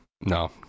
No